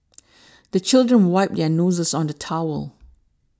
the children wipe their noses on the towel